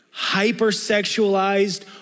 hypersexualized